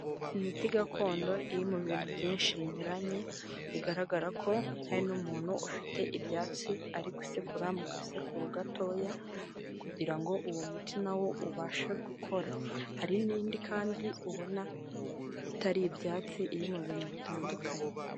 Imiti gakondo iri mu bintu byinshi binyuranye bigaragara ko hari n'umuntu ufite ibyatsi ari gusekura mu gasekuru gatoya, kugira ngo uwo muti na wo ubashe gukora. Hari n'indi kandi ubona itari ibyatsi iri mu bintu bitandukanye.